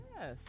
Yes